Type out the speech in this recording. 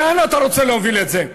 לאן אתה רוצה להוביל את זה?